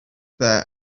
there